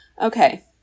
okay